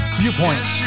viewpoints